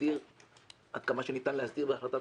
תסדיר עד כמה שניתן להסדיר בהחלטת